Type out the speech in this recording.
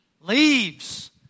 Leaves